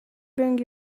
bring